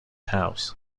house